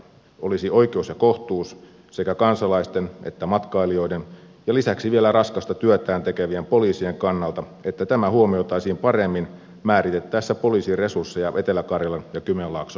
olisi oikeus ja kohtuus sekä kansalaisten että matkailijoiden ja lisäksi vielä raskasta työtään tekevien poliisien kannalta että tämä huomioitaisiin paremmin määritettäessä poliisiresursseja etelä karjalan ja kymenlaakson alueella